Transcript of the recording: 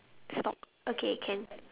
stalk okay can